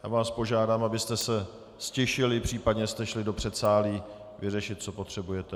Já vás požádám, abyste se ztišili, případně jste šli do předsálí vyřešit, co potřebujete.